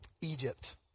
Egypt